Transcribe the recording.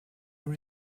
your